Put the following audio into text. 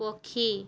ପକ୍ଷୀ